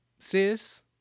Sis